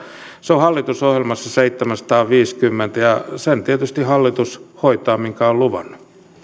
se on hallitusohjelmassa seitsemänsataaviisikymmentä ja sen tietysti hallitus hoitaa minkä on luvannut